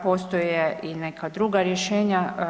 Postoje i neka druga rješenja.